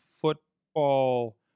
football